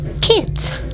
kids